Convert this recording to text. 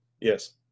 yes